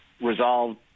resolved